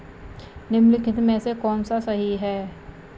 निम्नलिखित में से कौन सा सही है?